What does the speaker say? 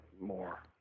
more